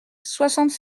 soixante